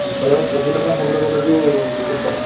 আনফালে প্ৰফিটৰ ফালৰপৰা চাবলৈ গ'লে তোৰ বহুত টকা